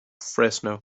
fresno